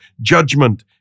judgment